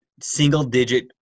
single-digit